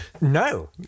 No